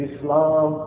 Islam